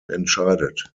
entscheidet